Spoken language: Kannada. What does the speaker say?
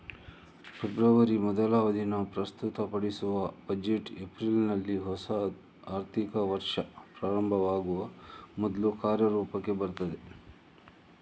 ಫೆಬ್ರವರಿ ಮೊದಲ ದಿನ ಪ್ರಸ್ತುತಪಡಿಸುವ ಬಜೆಟ್ ಏಪ್ರಿಲಿನಲ್ಲಿ ಹೊಸ ಆರ್ಥಿಕ ವರ್ಷ ಪ್ರಾರಂಭವಾಗುವ ಮೊದ್ಲು ಕಾರ್ಯರೂಪಕ್ಕೆ ಬರ್ತದೆ